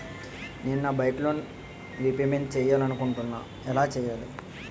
నేను నా bike loan repayment చేయాలనుకుంటున్నా ఎలా చేయాలి?